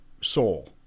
soul